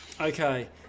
Okay